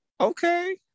okay